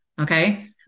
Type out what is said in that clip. Okay